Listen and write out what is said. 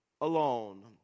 alone